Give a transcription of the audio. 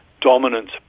dominant